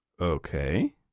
Okay